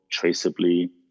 traceably